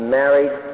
married